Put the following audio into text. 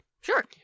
Sure